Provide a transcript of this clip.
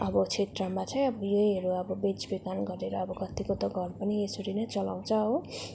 अब क्षेत्रमा चाहिँ अब यहीहरू अब बेचबेखान गरेर अब कत्तिको त घर पनि यसरी नै चलाउँछ हो